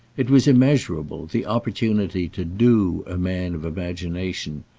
it was immeasurable, the opportunity to do a man of imagination,